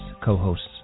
co-hosts